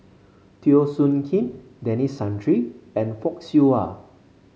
Teo Soon Kim Denis Santry and Fock Siew Wah